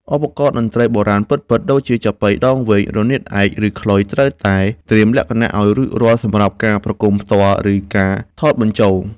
ឧបករណ៍តន្ត្រីបុរាណពិតៗដូចជា ចាប៉ីដងវែង រនាតឯក ឬខ្លុយ ត្រូវតែត្រៀមលក្ខណៈឱ្យរួចរាល់សម្រាប់ការប្រគំផ្ទាល់ ឬការថតបញ្ចូល។